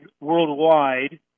worldwide